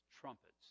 trumpets